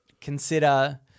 consider